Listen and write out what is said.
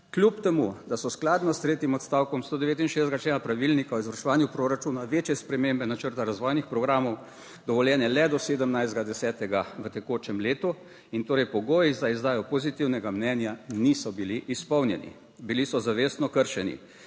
kljub temu da so skladno s tretjim odstavkom stodevetinšestdesetega člena Pravilnika o izvrševanju proračuna večje spremembe načrta razvojnih programov dovoljene le do 17. 10. v tekočem letu in torej pogoji za izdajo pozitivnega mnenja niso bili izpolnjeni, bili so zavestno kršeni,